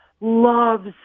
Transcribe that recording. loves